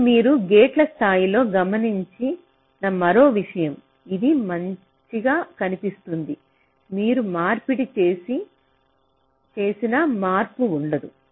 ఇప్పుడు మీరు గేట్ల స్థాయిలో గమనించిన మరొక విషయం ఇది మంచిగా కనిపిస్తుంది మీరు మార్పిడి చేసినా మార్పు ఉండదు